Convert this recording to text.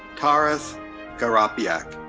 taras garapiak.